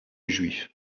juif